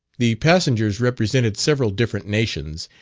the passengers represented several different nations,